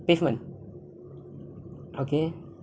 pavement okay